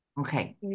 Okay